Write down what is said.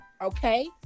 okay